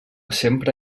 sempre